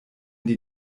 die